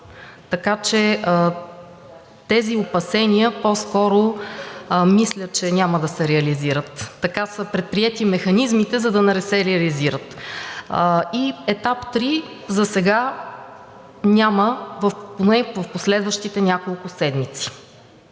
така че тези опасения по-скоро мисля, че няма да се реализират. Така са предприети механизмите, за да не се реализират, и етап 3 засега няма поне в следващите няколко седмици.